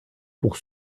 pour